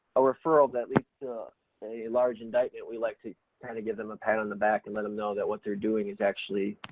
a referral that leads to a large indictment we like to kind of give them a pat on the back and let them know that what they're doing is actually,